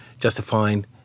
justifying